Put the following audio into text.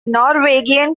norwegian